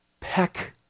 peck